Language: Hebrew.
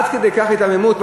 עד כדי כך היתממות?